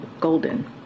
Golden